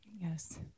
Yes